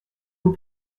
vous